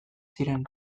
ziren